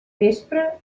vespre